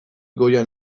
goian